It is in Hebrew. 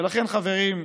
ולכן, חברים,